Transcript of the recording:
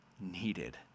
needed